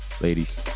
ladies